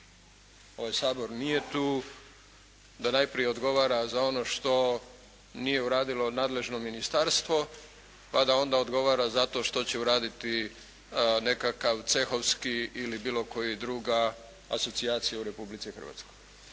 Ovaj Sabor nije tu da najprije odgovara za ono što nije uradilo nadležno ministarstvo, pa da onda odgovara zato što će uraditi nekakav cehovski ili bilo koji druga asocijacija u Republici Hrvatskoj.